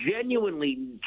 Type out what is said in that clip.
genuinely